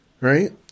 right